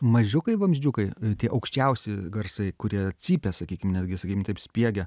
mažiukai vamdzdžiukai tie aukščiausi garsai kurie cypia sakykim netgi sakykim taip spiegia